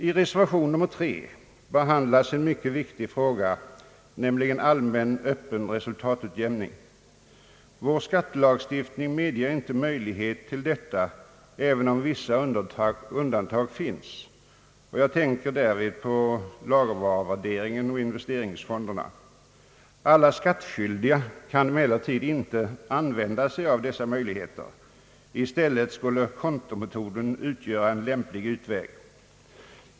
I reservation III behandlas en mycket viktig fråga, nämligen allmän Öppen resultatutjämning. Vår skattelagstiftning medger inte dylik utjämning, även om vissa undantag finns. Jag tänker därvid på lagervaruvärderingen och investeringsfonderna. Alla skattskyldiga kan emellertid inte använda sig av dessa möjligheter. I stället skulle kontometoden vara lämplig i sammanhanget.